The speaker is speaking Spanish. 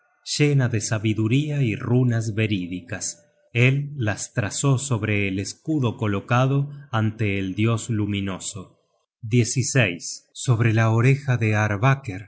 llena de sabiduría y runas verídicas él las trazó sobre el escudo colocado ante el dios luminoso sobre la oreja de